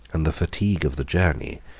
and the fatigue of the journey,